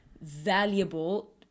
valuable